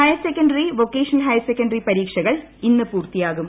higher secondary vocational higher secondary പരീക്ഷകൾ ഇന്ന് പൂർത്തിയാകും